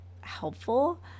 helpful